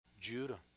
Judah